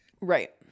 Right